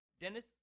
Dennis